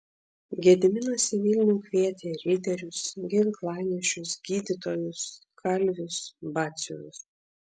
gediminas į vilnių kvietė riterius ginklanešius gydytojus kalvius batsiuvius